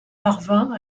parvint